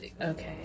okay